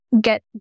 get